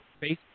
face